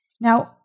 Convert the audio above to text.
Now